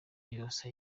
yose